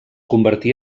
convertí